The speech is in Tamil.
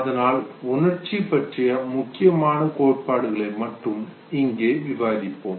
அதனால் உணர்ச்சி பற்றிய முக்கியமான கோட்பாடுகளை மட்டும் இங்கே விவாதிப்போம்